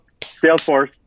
Salesforce